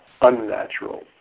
unnatural